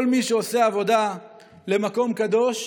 כל מי שעושה עבודה למקום קדוש,